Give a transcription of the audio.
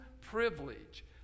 privilege